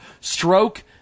Stroke